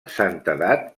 santedat